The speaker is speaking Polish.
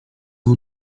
byl